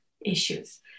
issues